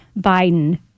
Biden